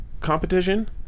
competition